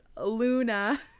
luna